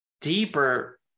deeper